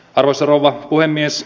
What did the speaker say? arvoisa rouva puhemies